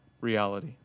reality